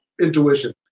intuition